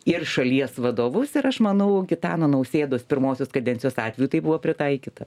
ir šalies vadovus ir aš manau gitano nausėdos pirmosios kadencijos atveju tai buvo pritaikyta